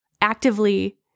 actively